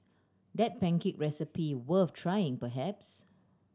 that pancake recipe worth trying perhaps